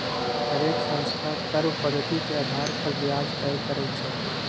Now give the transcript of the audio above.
हरेक संस्था कर्व पधति के अधार पर ब्याज तए करई छई